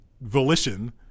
volition